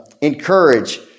encourage